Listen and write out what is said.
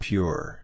Pure